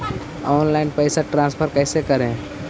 Online पैसा transfer कैसे करे?